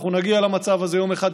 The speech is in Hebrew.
אנחנו נגיע למצב הזה יום אחד,